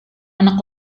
anak